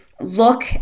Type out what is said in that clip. look